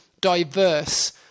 diverse